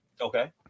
Okay